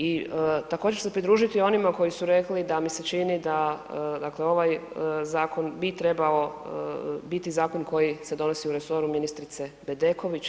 I također ću se pridružiti onima koji su rekli da mi se čini da, dakle ovaj zakon bi trebao biti zakon koji se donosi u resoru ministrice Bedeković.